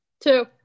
Two